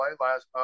last